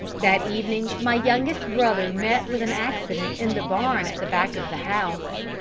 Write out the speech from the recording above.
that evening my youngest brother met with an accident in the barn at the back of the house,